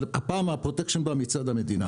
אבל הפעם הפרוטקשן בא מצד המדינה